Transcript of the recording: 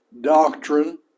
doctrine